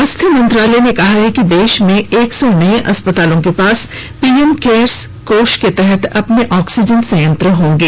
स्वास्थ्य मंत्रालय ने कहा है कि देश में एक सौ नए अस्पतालों के पास पीएम केयर्स कोष के तहत अपने ऑक्सीजन संयंत्र होंगे